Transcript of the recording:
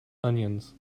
onions